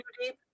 deep